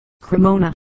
Cremona